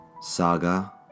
Saga